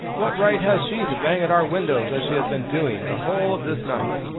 what right has she to bang at our windows as she has been doing the whole of this night?